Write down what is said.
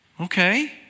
Okay